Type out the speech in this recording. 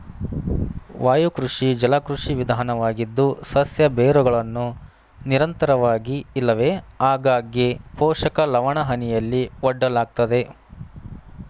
ವಾಯುಕೃಷಿ ಜಲಕೃಷಿ ವಿಧಾನವಾಗಿದ್ದು ಸಸ್ಯ ಬೇರುಗಳನ್ನು ನಿರಂತರವಾಗಿ ಇಲ್ಲವೆ ಆಗಾಗ್ಗೆ ಪೋಷಕ ಲವಣಹನಿಯಲ್ಲಿ ಒಡ್ಡಲಾಗ್ತದೆ